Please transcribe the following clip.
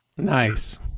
nice